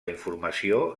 informació